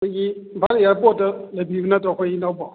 ꯑꯩꯈꯣꯏꯒꯤ ꯏꯝꯐꯥꯜ ꯑꯦꯌꯔꯄꯣꯠꯇ ꯂꯩꯕꯤꯕ ꯅꯠꯇ꯭ꯔꯣ ꯑꯩꯈꯣꯏ ꯏꯅꯥꯎꯕꯣ